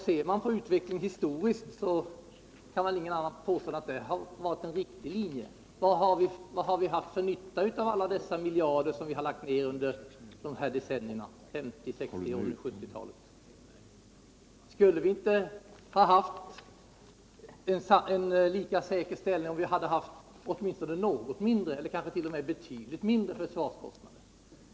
Ser man på den historiska utvecklingen så kan man inte påstå annat än att det har varit en riktig linje. Vad har vi haft för nytta av alla miljarder som lagts ner under 1950-, 1960 och 1970-talen? Skulle vi inte haft en lika säker ställning om vi haft åtminstone något mindre eller kanske t.o.m. betydligt mindre försvarskostnader?